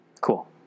Cool